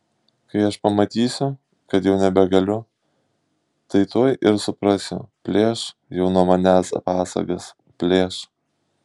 kai aš pamatysiu kad jau nebegaliu tai tuoj ir suprasiu plėš jau nuo manęs pasagas plėš